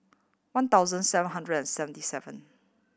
one thousand seven hundred and seventy seven